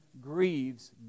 grieves